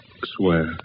swear